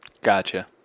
Gotcha